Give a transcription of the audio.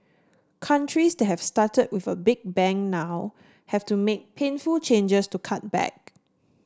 countries that have started with a big bang now have to make painful changes to cut back